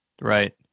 Right